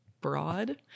broad